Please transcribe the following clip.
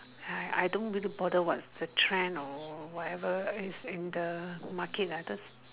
I don't really bother what's the trend or whatever is in the market lah just